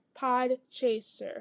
Podchaser